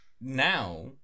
now